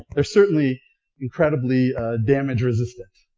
they're certainly incredibly damage resistant.